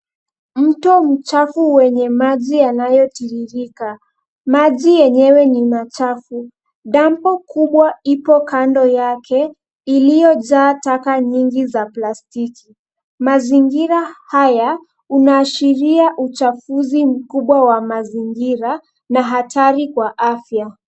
Mto mchafu wenye maji yanayotiririka. Maji yenyewe ni machafu. Dampo kubwa ipo kando yake iliyojaa taka nyingi za plastiki. Mazingira haya unaashiria uchafuzi mkubwa wa mazingira na hatari kwa afya.